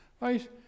right